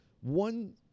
One